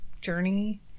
journey